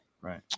Right